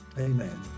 Amen